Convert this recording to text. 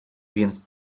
więc